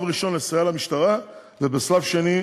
בשלב ראשון לסייע למשטרה, ובשלב שני,